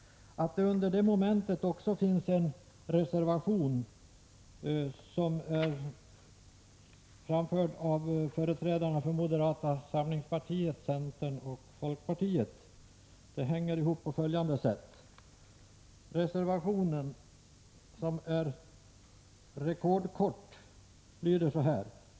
Att det under detta moment också finns en reservation från företrädarna för moderata samlingspartiet, centern och folkpartiet har följande bakgrund.